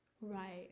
right